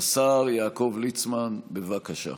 השר יעקב ליצמן, בבקשה.